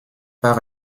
par